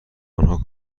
آنها